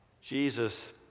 Jesus